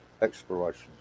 exploration